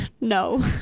no